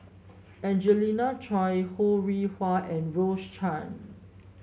Angelina Choy Ho Rih Hwa and Rose Chan